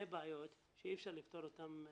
בעיות שאי-אפשר לפתור אותן ביום-ביומיים,